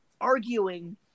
arguing